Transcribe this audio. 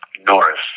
Norris